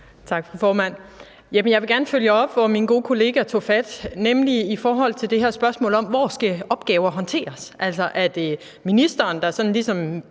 Tak, fru formand. Jeg vil gerne følge op, hvor min gode kollega tog fat, nemlig i forhold til det her spørgsmål om, hvor opgaver skal håndteres. Altså, er det ministeren, der sådan ligesom